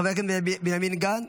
חבר הכנסת בנימין גנץ,